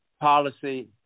policy